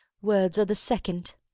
words are the second.